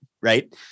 right